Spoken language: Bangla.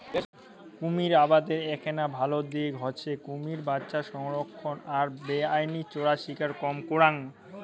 কুমীর আবাদের এ্যাকনা ভাল দিক হসে কুমীরের বাচ্চা সংরক্ষণ আর বেআইনি চোরাশিকার কম করাং